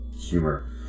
humor